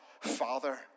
Father